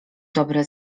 dobry